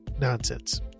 nonsense